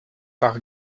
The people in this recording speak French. par